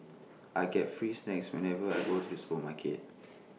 I get free snacks whenever I go to the supermarket